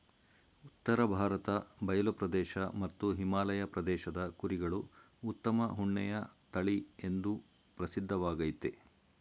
ಉತ್ತರ ಭಾರತ ಬಯಲು ಪ್ರದೇಶ ಮತ್ತು ಹಿಮಾಲಯ ಪ್ರದೇಶದ ಕುರಿಗಳು ಉತ್ತಮ ಉಣ್ಣೆಯ ತಳಿಎಂದೂ ಪ್ರಸಿದ್ಧವಾಗಯ್ತೆ